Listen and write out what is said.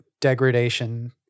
degradation